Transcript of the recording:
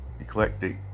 eclectic